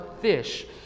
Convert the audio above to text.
fish